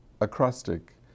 acrostic